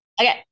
Okay